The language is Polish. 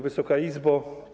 Wysoka Izbo!